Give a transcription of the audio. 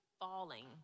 Falling